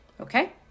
okay